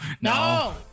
No